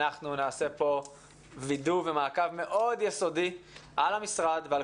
אנחנו נעשה פה וידוא ומעקב מאוד יסודי על המשרד ועל